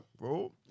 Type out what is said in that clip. bro